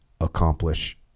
accomplish